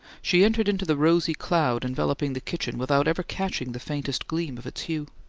she entered into the rosy cloud enveloping the kitchen without ever catching the faintest gleam of its hue.